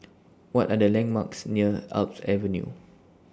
What Are The landmarks near Alps Avenue